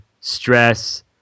stress